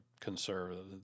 conservative